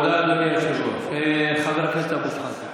תודה, חבר הכנסת אבו שחאדה.